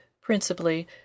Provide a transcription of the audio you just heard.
principally